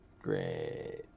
Great